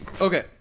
Okay